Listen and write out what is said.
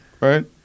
right